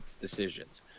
decisions